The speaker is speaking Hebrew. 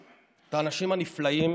את האנשים הנפלאים